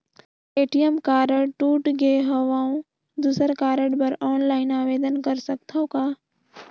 ATM card टूट गे हववं दुसर कारड बर ऑनलाइन आवेदन कर सकथव का?